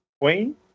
Queen